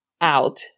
out